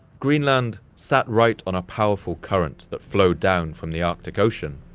greenland sat right on a powerful current that flowed down from the arctic ocean,